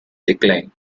decline